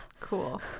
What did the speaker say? Cool